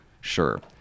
sure